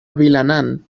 vilanant